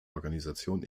organisation